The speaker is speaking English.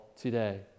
today